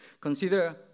Consider